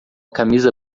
camisa